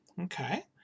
Okay